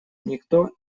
никто